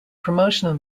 promotional